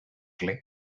claim